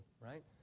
right